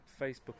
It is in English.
Facebook